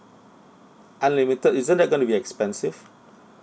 unlimited isn't that going to be expensive